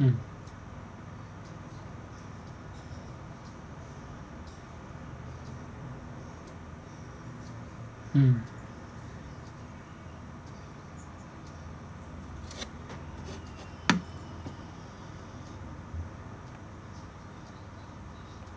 mm mm